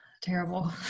terrible